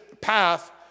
path